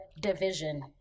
division